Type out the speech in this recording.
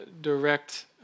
direct